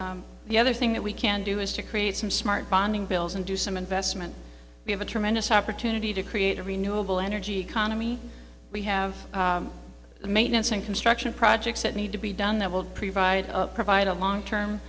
and the other thing that we can do is to create some smart bonding bills and do some investment we have a tremendous opportunity to create a renewable energy economy we have the maintenance and construction projects that need to be done that will provide provide a long term